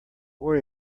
worry